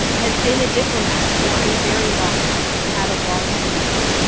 has been a diplomat for a very long time, has had a long career.